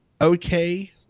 okay